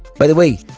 by the way,